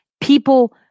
People